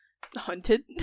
hunted